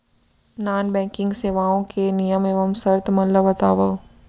non banking सेवाओं के नियम एवं शर्त मन ला बतावव